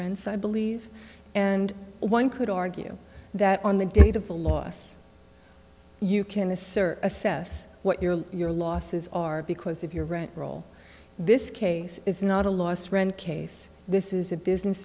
friends i believe and one could argue that on the date of the loss you can assert assess what your your losses are because if your rent roll this case is not a loss rent case this is a business